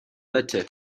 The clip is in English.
letter